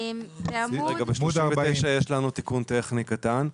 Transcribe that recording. בעמוד 39 יש לנו תיקון טכני קטן,